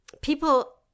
people